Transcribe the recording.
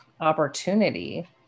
opportunity